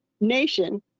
nation